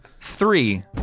Three